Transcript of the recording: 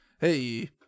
Hey